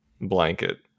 Blanket